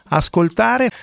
ascoltare